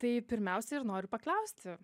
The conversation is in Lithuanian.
tai pirmiausia noriu paklausti